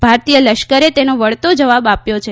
ભારતીય લશકરે તેનો વળતો જવાબ આવ્યોં છે